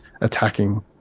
attacking